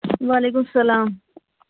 وعلیکُم اَسلام